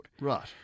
Right